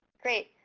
great.